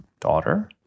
daughter